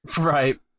right